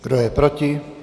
Kdo je proti?